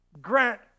grant